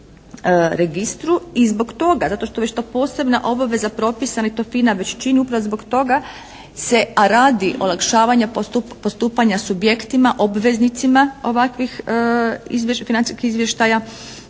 i zbog toga, zato što je to već posebna obaveza propisana i to već FINA već čini upravo zbog toga se radi olakšavanja postupanja subjektima obveznicima ovakvih financijskih izvještaja